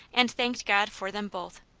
and thanked god for them both.